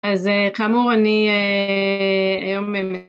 ‫אז כאמור, אני היום ממ...